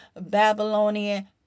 Babylonian